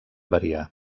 variar